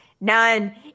none